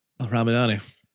Ramadani